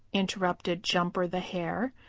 interrupted jumper the hare.